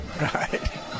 right